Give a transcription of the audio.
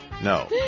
No